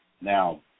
Now